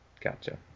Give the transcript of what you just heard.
Gotcha